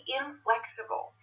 inflexible